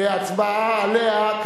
הצעת חוק של הממשלה.